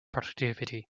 productivity